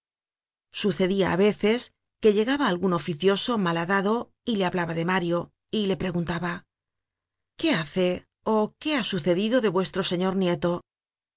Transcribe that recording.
sucedia á veces que llegaba algun oficioso malhadado y le hablaba de mario y le preguntaba qué hace ó qué ha sucedido de vuestro señor nieto